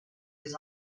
les